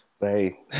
hey